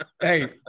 Hey